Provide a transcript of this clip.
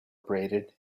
abraded